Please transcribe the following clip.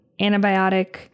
antibiotic